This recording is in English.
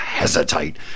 hesitate